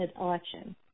election